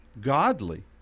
godly